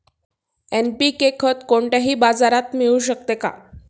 NPK खत कोणत्याही बाजारात मिळू शकते का?